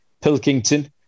Pilkington